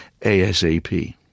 ASAP